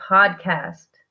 Podcast